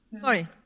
Sorry